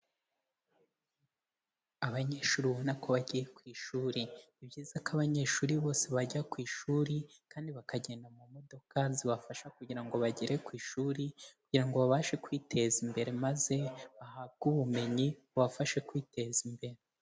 Abanyeshuri ubona ko bagiye ku ishuri. Ni byiza ko abanyeshuri bose bajya ku ishuri kandi bakagenda mu modoka zibafasha kugira ngo bagere ku ishuri kugira ngo babashe kwiteza imbere, maze bahabwe ubumenyi bubafashe kwiteza imbere.